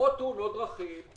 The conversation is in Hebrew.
בעוד תאונות דרכים,